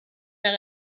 mehr